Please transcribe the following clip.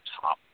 top